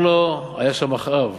היה שם אחאב.